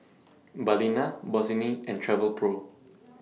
Balina Bossini and Travelpro